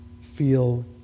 feel